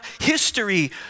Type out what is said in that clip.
history